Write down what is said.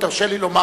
ותרשה לי לומר,